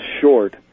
short